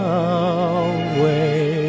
away